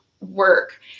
work